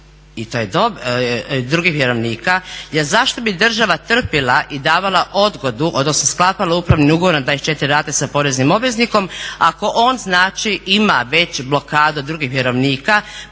strane drugih vjerovnika jer zašto bi država trpjela i davala odgodu, odnosno sklapala upravni ugovor na 24 rate sa poreznim obveznikom ako on znači ima već blokadu od drugih vjerovnika.